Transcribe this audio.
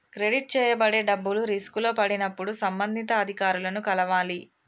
credit చేయబడే డబ్బులు రిస్కులో పడినప్పుడు సంబంధిత అధికారులను కలవాలి